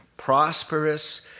Prosperous